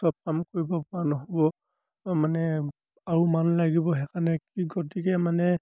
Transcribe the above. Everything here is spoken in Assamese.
চব কাম কৰিবপৰা নহ'ব মানে আৰু মানুহ লাগিব সেইকাৰণে কি গতিকে মানে